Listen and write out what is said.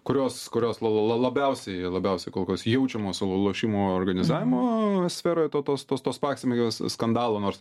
kurios kurios lala labiausiai labiausiai kol kas jaučiamos lošimo organizavimo sferoj tos tos tos pasekmės skandalo nors